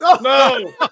No